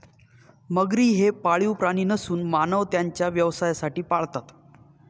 मगरी हे पाळीव प्राणी नसून मानव त्यांना व्यवसायासाठी पाळतात